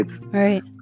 Right